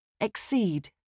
Exceed